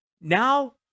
Now